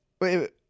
wait